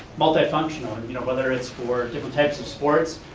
multi-functional you know whether it's for different types of sports,